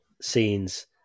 scenes